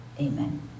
amen